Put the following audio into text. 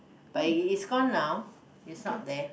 but it it's gone now it's not there